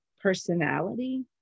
personality